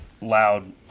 loud